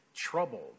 troubled